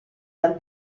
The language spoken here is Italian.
dal